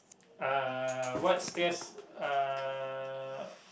uh what stress uh